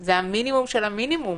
וזה המינימום של המינימום,